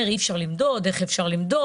איך אפשר למדוד,